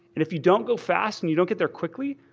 and if you don't go fast and you don't get there quickly,